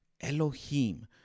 Elohim